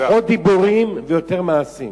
ופחות דיבורים ויותר מעשים.